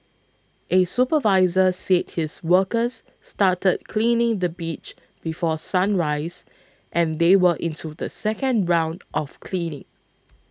a supervisor said his workers started cleaning the beach before sunrise and they were into the second round of cleaning